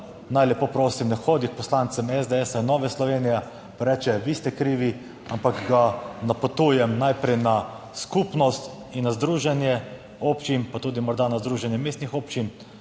naj, lepo prosim ne hodi k poslancem SDS in Nove Slovenije, pa reče vi ste krivi, ampak ga napotujem najprej na skupnost in na združenje občin, pa tudi morda na združenje mestnih občin?